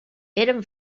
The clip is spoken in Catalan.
eren